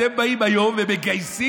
ואתם באים היום ומגייסים?